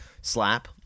slap